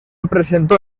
presentó